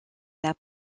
n’a